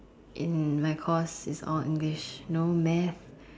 in my course it's all English no math